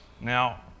Now